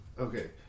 Okay